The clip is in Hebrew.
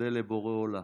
תודה גם לבורא עולם.